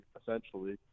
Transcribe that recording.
essentially